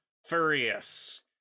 Furious